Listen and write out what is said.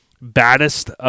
Baddest